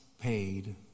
paid